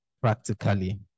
practically